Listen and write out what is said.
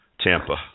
Tampa